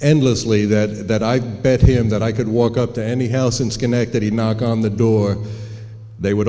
endlessly that i'd bet him that i could walk up to any house in schenectady knock on the door they would